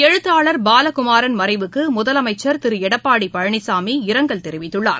எழுத்தாளர் பாலகுமாரன் மறைவுக்கு முதலமைச்சர் திரு எடப்பாடி பழனிசாமி இரங்கல் தெரிவித்துள்ளார்